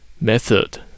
method